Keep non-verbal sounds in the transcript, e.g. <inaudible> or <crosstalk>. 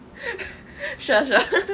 <laughs> sure sure <laughs>